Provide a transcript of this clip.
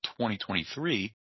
2023